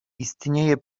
istnieje